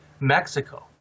Mexico